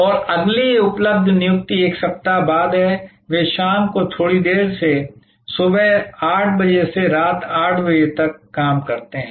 और अगली उपलब्ध नियुक्ति 1 सप्ताह बाद है वे शाम को थोड़ी देर से सुबह 8 बजे से रात 10 बजे तक काम करते हैं